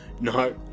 No